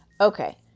Okay